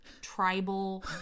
tribal